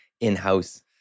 in-house